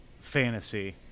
fantasy